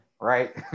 right